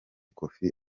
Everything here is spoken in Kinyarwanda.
koffi